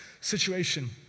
situation